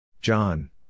John